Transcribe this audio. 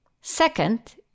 Second